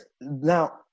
now